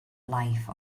life